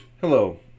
Hello